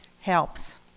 Helps